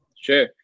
sure